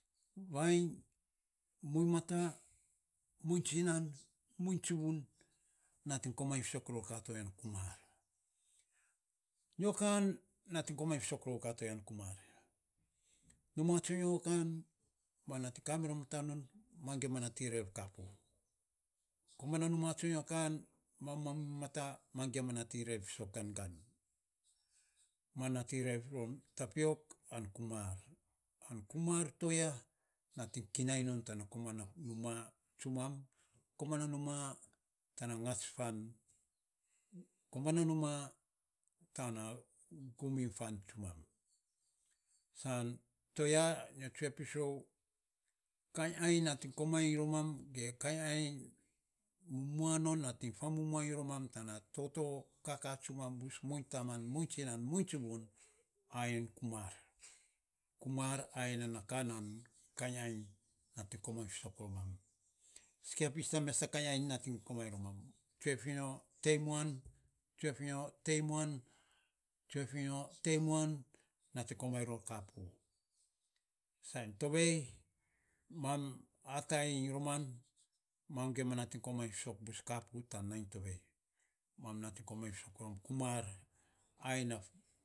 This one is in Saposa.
Vainy muiny mata, muiny taman, muiny tsuvon nating komainy fisok ror a ka to yan kumar, nyo kan nating komainy fisok ron a ka to yan kumar numa tsonyo kan mam nating kamirom tanun mam gima nating rev kapu. Komana numa tsonyo kan mam, mam muinymata pin rom ma rev fisok gangan. Mam nating rev rom tapiok an kumar an kumar to ya nating kinai non komana numa. Komana numa tana ngats fan, komana numa tan gum iny fan tsuman. San toya nyo tsue pis rou kainy ainy nating komainy rom ge kainy ainy mumua nom, nom nating mumua i rom tana toto kaka tsumam, muiny taman, muiny tsuvun, muiny tsinan ai kumar. Ai nana ka naa kainy ainy nating komainy fisok romam. Sikia pis ha mes ta kainy ainy nating komainy romam. Tsue fi nyo tei muan tei muan, nating komainy ror kapu san tovei, mam atai i roman mam gima nating komainy fisok bus kapu tan nainy tovei romani mam nating komainy fisok rom kumap.